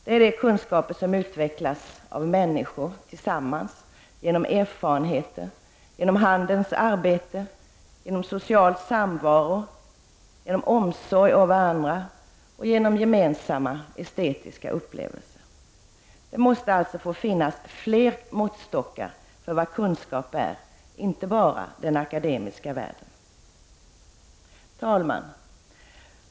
Det är de kunskaper som utvecklas av människor tillsammans genom erfarenheter, genom handens arbete, genom social samvaro, genom omsorg om varandra och genom gemensamma estetiska upplevelser. Det måste alltså få finnas flera måttstockar för vad kunskap är, inte bara den akademiska världens. Herr talman!